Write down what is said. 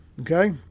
okay